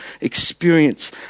experience